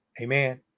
Amen